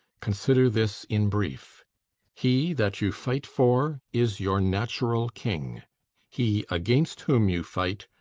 consider this in brief he that you fight for is your natural king he against whom you fight,